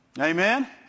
Amen